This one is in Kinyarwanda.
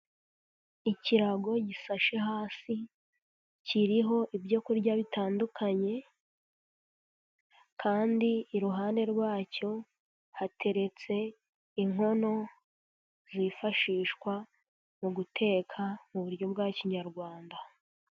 Ikirago gisashe hasi, kiriho ibyo kurya bitandukanye, kandi iruhande rwacyo hateretse inkono zifashishwa mu guteka mu buryo bwa kinyarwanda.